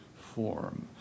form